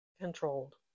controlled